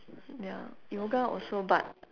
ya yoga also but